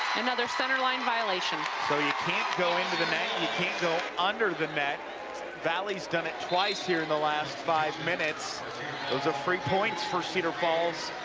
another center line violation. so you can't go into the net you can't go under the net valley has done it twice here in the last five minutes it was three points for cedar falls.